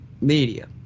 media